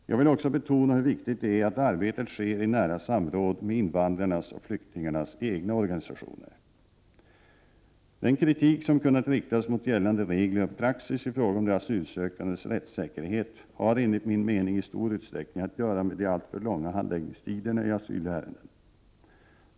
Jag vill också betona hur viktigt det är att arbetet sker i nära samråd med invandrarnas och flyktingarnas egna organisationer. Den kritik som kunnat riktas mot gällande regler och praxis i fråga om de asylsökandes rättssäkerhet har enligt min mening i stor utsträckning att göra med de alltför långa handläggningstiderna i asylärenden.